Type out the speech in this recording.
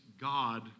God